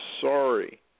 sorry